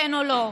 כן או לא.